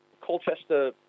Colchester